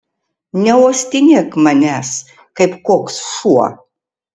neuostinėk manęs kaip koks šuo